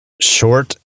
short